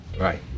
Right